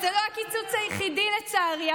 זה לא הקיצוץ היחידי, לצערי.